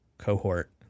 Cohort